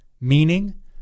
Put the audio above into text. meaning